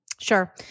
Sure